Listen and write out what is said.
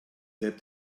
that